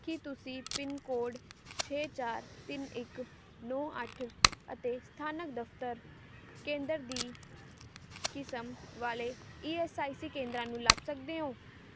ਕੀ ਤੁਸੀਂ pin code ਛੇ ਚਾਰ ਤਿੰਨ ਇੱਕ ਨੌਂ ਅੱਠ ਅਤੇ ਸਥਾਨਕ ਦਫਤਰ ਕੇਂਦਰ ਦੀ ਕਿਸਮ ਵਾਲੇ ਈ ਐਸ ਆਈ ਸੀ ਕੇਂਦਰਾਂ ਨੂੰ ਲੱਭ ਸਕਦੇ ਹੋ